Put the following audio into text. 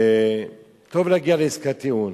וטוב להגיע לעסקת טיעון.